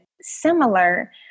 similar